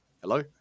Hello